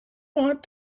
want